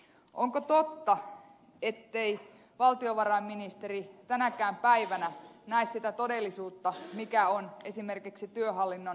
onko totta ettei valtiovarainministeri tänäkään päivänä näe sitä todellisuutta mikä on esimerkiksi työhallinnon piirissä